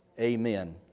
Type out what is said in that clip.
Amen